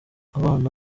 abana